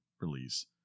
release